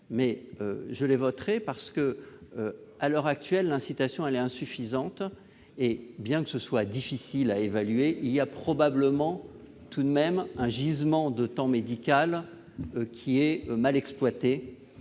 Je les voterai, car, à l'heure actuelle, l'incitation est insuffisante. Bien que cela soit difficile à évaluer, il y a probablement un gisement de temps médical mal exploité.